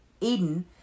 Eden